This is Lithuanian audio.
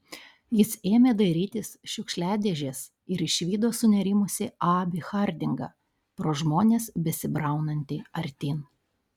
jis ėmė dairytis šiukšliadėžės ir išvydo sunerimusį abį hardingą pro žmones besibraunantį artyn